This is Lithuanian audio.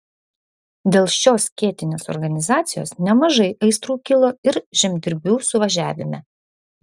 dėl šios skėtinės organizacijos nemažai aistrų kilo ir žemdirbių suvažiavime